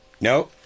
No